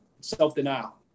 self-denial